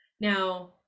Now